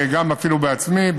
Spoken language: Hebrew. אפילו בעצמי,